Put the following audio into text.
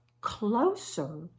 closer